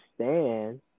understand